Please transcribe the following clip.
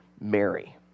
Mary